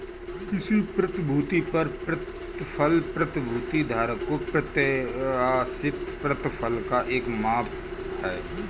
किसी प्रतिभूति पर प्रतिफल प्रतिभूति धारक को प्रत्याशित प्रतिफल का एक माप है